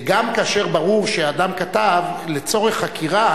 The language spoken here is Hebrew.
גם כאשר ברור שאדם כתב, לצורך חקירה